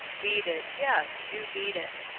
beat it, yes, do beat it.